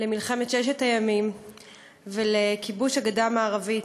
למלחמת ששת הימים ולכיבוש הגדה המערבית,